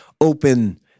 open